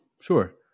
Sure